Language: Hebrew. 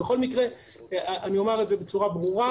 אני אומר בצורה ברורה,